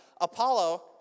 Apollo